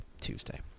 Tuesday